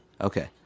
Okay